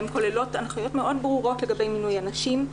הנחיות מאוד ברורות לגבי מינוי הנשים.